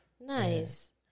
Nice